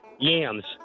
yams